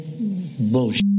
bullshit